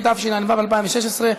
התשע"ו 2016,